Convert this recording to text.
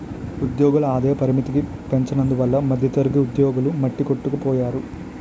ఉద్యోగుల ఆదాయ పరిమితికి పెంచనందువల్ల మధ్యతరగతి ఉద్యోగులు మట్టికొట్టుకుపోయారు